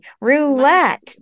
roulette